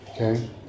okay